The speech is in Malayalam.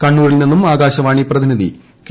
കണ്ണൂരിൽ നിന്നും ആകാശവാണി പ്രതിനിധി കെ